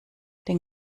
den